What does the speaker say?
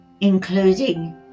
including